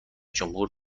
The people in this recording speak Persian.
جمهور